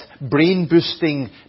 brain-boosting